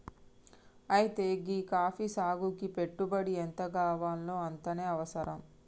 అయితే గీ కాఫీ సాగుకి పెట్టుబడి ఎంతగావాల్నో అంతనే అవసరం